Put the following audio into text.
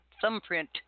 thumbprint